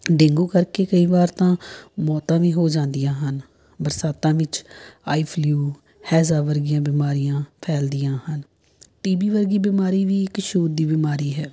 dengue ਕਰਕੇ ਕਈ ਵਾਰ ਤਾਂ ਮੌਤਾਂ ਵੀ ਹੋ ਜਾਂਦੀਆਂ ਹਨ ਬਰਸਾਤਾਂ ਵਿੱਚ ਆਈ ਫਲਿਊ ਹੈਜ਼ਾ ਵਰਗੀਆਂ ਬਿਮਾਰੀਆਂ ਫੈਲਦੀਆਂ ਹਨ ਟੀ ਬੀ ਵਰਗੀ ਬਿਮਾਰੀ ਵੀ ਇੱਕ ਛੂਤ ਦੀ ਬਿਮਾਰੀ ਹੈ